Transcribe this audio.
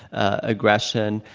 aggression,